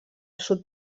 sud